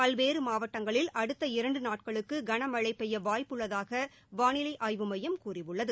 பல்வேறு மாவட்டங்களில் அடுத்த இரண்டு நாட்களுக்கு கனமழை பெய்ய வாய்ப்பு உள்ளதாக வானிலை ஆய்வு மையம் கூறியுள்ளது